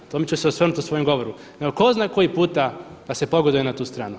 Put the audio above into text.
U tom ću se osvrnuti u svojem govoru, nego tko zna koji puta da se pogoduje na tu stranu.